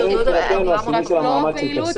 השינוי העיקרי מבחינתנו הוא השינוי של המעמד של --- ושוב,